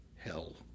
hell